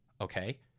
Okay